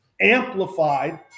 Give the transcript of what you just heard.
amplified